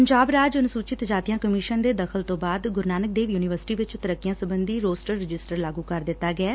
ਪੰਜਾਬ ਰਾਜ ਅਨੁਸੂਚਿਤ ਜਾਤੀਆਂ ਕਮਿਸ਼ਨ ਦੇ ਦਖਲ ਤੋਂ ਬਾਅਦ ਗੁਰੂ ਨਾਨਕ ਦੇਵ ਯੂਨੀਵਰਸਿਟੀ ਵਿਚ ਤਰੱਕੀਆਂ ਸਬੰਧੀ ਰੋਸਟਰ ਰਜਿਸਟਰ ਲਾਗੂ ਕਰ ਦਿਤਾ ਗਿਐ